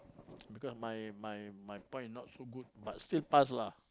because my my my points not so good but still passed lah